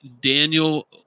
Daniel